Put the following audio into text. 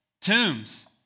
tombs